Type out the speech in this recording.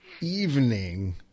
evening